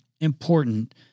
important